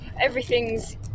everything's